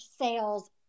sales